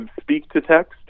speak-to-text